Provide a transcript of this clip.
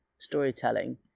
storytelling